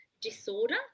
disorder